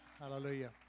Hallelujah